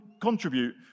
contribute